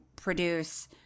produce